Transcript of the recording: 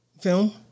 Film